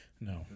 no